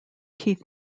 keith